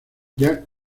jack